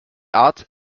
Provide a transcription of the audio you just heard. art